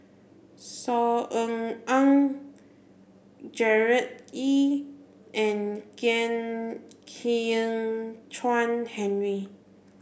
Saw Ean Ang Gerard Ee and Kwek Hian Chuan Henry